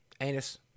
Anus